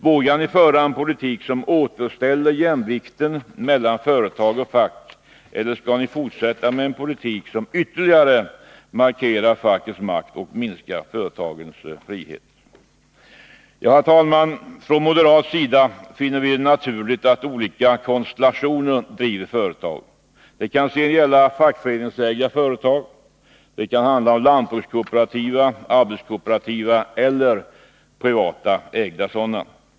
Vågar ni föra en politik som återställer jämvikten mellan företag och fack — eller skall ni fortsätta med en politik som ytterligare befäster fackets makt och minskar företagens frihet? Herr talman! Från moderat sida finner vi det naturligt att olika konstellationer driver företag. Det kan sedan gälla fackföreningsägda företag, lantbrukskooperativa, arbetskooperativa eller privat ägda sådana.